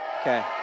Okay